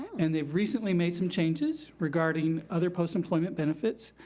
and they recently made some changes regarding other post-employment benefits,